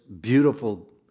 beautiful